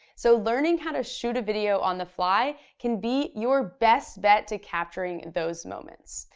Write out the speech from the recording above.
so learning how to shoot a video on the fly can be your best bet to capturing those moments.